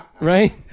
Right